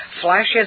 flashes